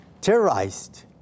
terrorized